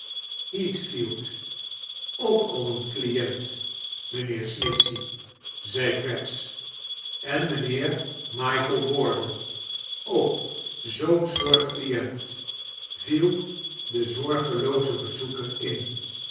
heathfdeld ook al een client mijnheer snitchey zei craggs en mijnheer michael warden oak zoo'n sooirt client viel de zorgelooze bezoeker in